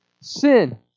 Sin